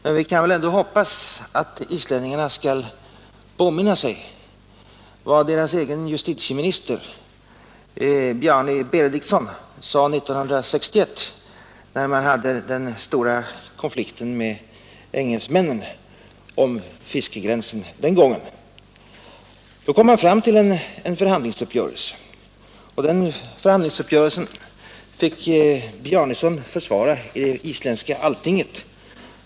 Men vi kan väl ändå hoppas att islänningarna skall påminna sig vad deras justitieminister Bjarni Benediktsson sade 1961, när man hade den stora konflikten med engelsmännen om fiskegränsen den gången. Då kom man fram till en förhandlingsuppgörelse, och den förhandlingsuppgörelsen fick Benediktsson försvara i det isländska alltinget.